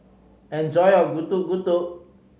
enjoy your Getuk Getuk